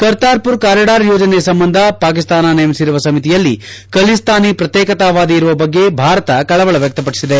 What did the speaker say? Kartar ಪುರ್ corridor ಯೋಜನೆ ಸಂಬಂಧ ಪಾಕಿಸ್ತಾನ ನೇಮಿಸಿರುವ ಸಮಿತಿಯಲ್ಲಿ ಖಲಿಸ್ತಾನಿ ಪ್ರತ್ಯೇಕತಾವಾದಿ ಇರುವ ಬಗ್ಗೆ ಭಾರತ ಕಳವಳ ವ್ಯಕ್ಷಪಡಿಸಿದೆ